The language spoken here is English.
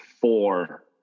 four